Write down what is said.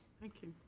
thank you.